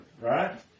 right